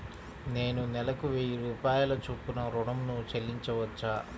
నేను నెలకు వెయ్యి రూపాయల చొప్పున ఋణం ను చెల్లించవచ్చా?